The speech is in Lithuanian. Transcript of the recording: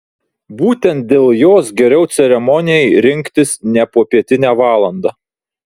būtent dėl jos geriau ceremonijai rinktis ne popietinę valandą